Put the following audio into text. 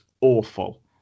awful